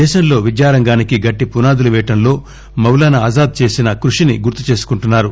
దేశంలో విద్యారంగానికి గట్టి పునాదులు వేయడంతో మౌలానా ఆజాద్ చేసిన కృషిని గుర్తు చేసుకుంటున్నారు